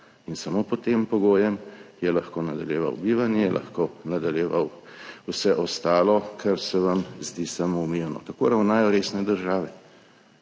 In samo pod tem pogojem je lahko nadaljeval bivanje, je lahko nadaljeval vse ostalo, kar se vam zdi samoumevno. Tako ravnajo resne države.